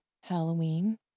Halloween